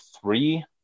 three